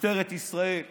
משטרת ישראל דאז,